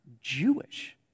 Jewish